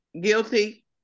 guilty